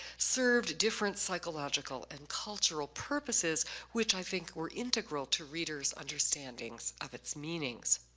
served different psychological and cultural purposes which i think were integral to reader's understanding of its meanings.